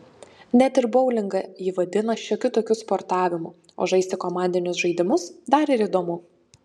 net ir boulingą ji vadina šiokiu tokiu sportavimu o žaisti komandinius žaidimus dar ir įdomu